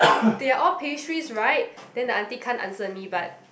they are all pastries right then the auntie can't answer me but